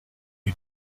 you